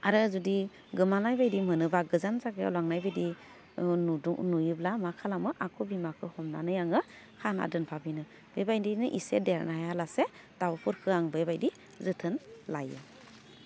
आरो जुदि गोमानाय बायदि मोनोबा गोजान जागायाव लांनाय बादि ओह नुदो नुयोब्ला मा खालामो आख' बिमाखो हमनानै आङो खाना दोनफाफिनो बेबायदिनो एसे देरनायहालासे दाउफोरखो आं बेबायदि जोथोन लायो